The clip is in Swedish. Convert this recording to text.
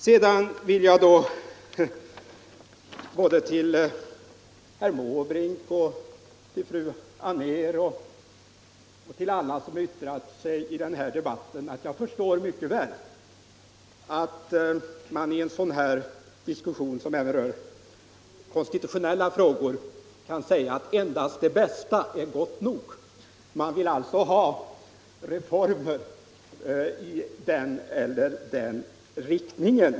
Sedan vill jag säga till herr Måbrink, till fru Anér och till alla andra som har yttrat sig i den här debatten, att jag förstår mycket väl att man i en sådan här diskussion som rör konstitutionella frågor kan hävda att endast det bästa är gott nog. Man vill alltså ha reformer i den eller den riktningen.